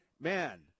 Man